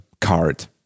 card